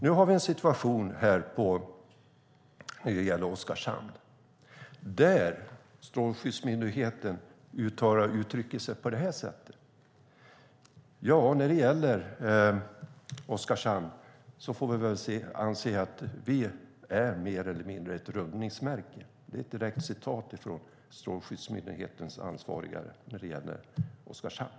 Nu har vi en situation när det gäller Oskarshamn där Strålsäkerhetsmyndigheten uttrycker sig såsom att de mer eller mindre blivit "ett rundningsmärke". Det är ett direktcitat från Strålsäkerhetsmyndighetens ansvariga när det gäller Oskarshamn.